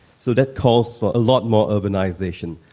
so that calls for a lot more urbanisation,